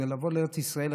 לבוא לארץ ישראל,